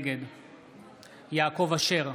נגד יעקב אשר,